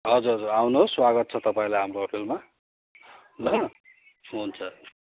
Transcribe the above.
हजुर हजुर आउनुहोस् स्वागत छ तपाईँलाई हाम्रो होटलमा ल हुन्छ